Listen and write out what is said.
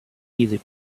easy